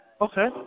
Okay